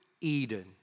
Eden